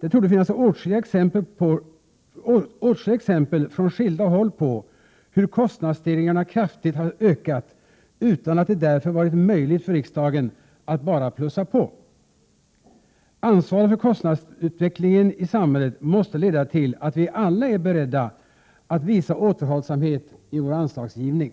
Det torde finnas åtskilliga exempel från skilda håll på att kostnadsstegringarna kraftigt har ökat utan att det därför varit möjligt för riksdagen att bara plussa på. Ansvaret för kostnadsutvecklingen i samhället måste leda till att vi alla är beredda att visa återhållsamhet i vår anslagsgivning.